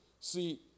See